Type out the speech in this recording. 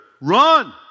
run